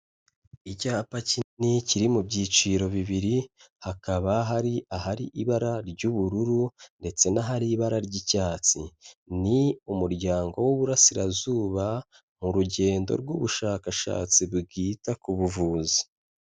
Icyapa kinini kiri mu byiciro bibiri, hakaba hari ahari ibara ry'ubururu ndetse n'ahari ibara ry'icyatsi. Ni umuryango w'ububurasirazuba mu rugendo rw'ubushakashatsi bwita ku buvuzi.